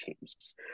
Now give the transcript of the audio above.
teams